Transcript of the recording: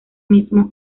mismo